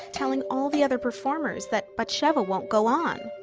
telling all the other performers that batsheva won't go on.